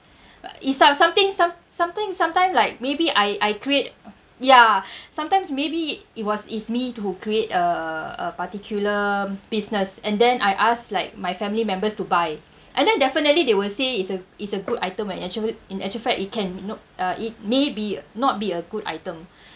it's uh something some something sometime like maybe I I create ya sometimes maybe it was it's me who create a a particular business and then I ask like my family members to buy and then definitely they will say it's a it's a good item when actual in actual fact it can you know uh it may be not be a good item